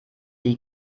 die